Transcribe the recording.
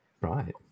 right